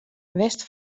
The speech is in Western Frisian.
west